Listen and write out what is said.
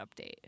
Update